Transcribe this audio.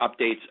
updates